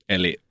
Eli